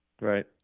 Right